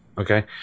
Okay